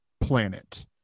planet